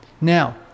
now